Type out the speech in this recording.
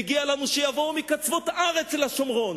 מגיע לנו שיבואו מקצוות הארץ אל השומרון,